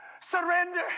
surrender